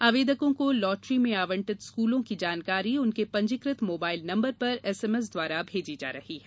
आवेदकों को लॉटरी में आवंटित स्कूलों की जानकारी उनके पंजीकृत मोबाइल नंबर पर एसएमएस द्वारा भेजी जा रही है